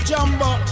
Jumbo